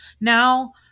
now